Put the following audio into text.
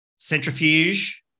Centrifuge